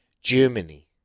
Germany